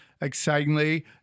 excitingly